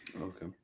Okay